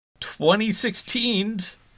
2016's